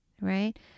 right